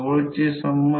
तर N1 500 आहे ∅1 हा 1